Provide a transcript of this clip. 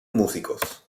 músicos